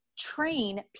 train